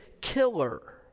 killer